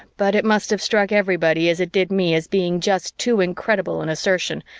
but it must have struck everybody as it did me as being just too incredible an assertion,